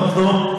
טוב, נו.